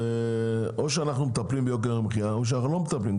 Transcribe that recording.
או שאנחנו מטפלים ביוקר המחייה או שאנחנו לא מטפלים.